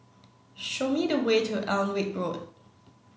show me the way to Alnwick Road